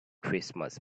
christmas